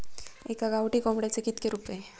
एका गावठी कोंबड्याचे कितके रुपये?